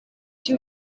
two